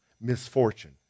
misfortune